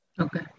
okay